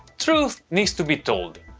truth needs to be told.